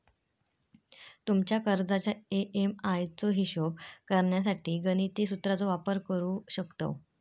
तुमच्या कर्जाच्या ए.एम.आय चो हिशोब करण्यासाठी गणिती सुत्राचो वापर करू शकतव